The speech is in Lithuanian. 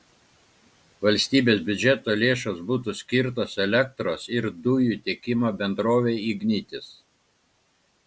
valstybės biudžeto lėšos būtų skirtos elektros ir dujų tiekimo bendrovei ignitis